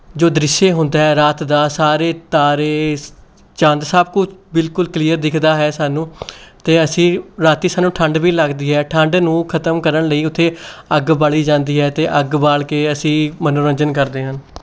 ਜੋ ਦ੍ਰਿਸ਼ ਹੁੰਦਾ ਹੈ ਰਾਤ ਦਾ ਸਾਰੇ ਤਾਰੇ ਚੰਦ ਸਭ ਕੁਛ ਬਿਲਕੁਲ ਕਲੀਅਰ ਦਿਖਦਾ ਹੈ ਸਾਨੂੰ ਅਤੇ ਅਸੀਂ ਰਾਤੀਂ ਸਾਨੂੰ ਠੰਡ ਵੀ ਲੱਗਦੀ ਹੈ ਠੰਡ ਨੂੰ ਖਤਮ ਕਰਨ ਲਈ ਉੱਥੇ ਅੱਗ ਬਾਲੀ ਜਾਂਦੀ ਹੈ ਅਤੇ ਅੱਗ ਬਾਲ ਕੇ ਅਸੀਂ ਮਨੋਰੰਜਨ ਕਰਦੇ ਹਨ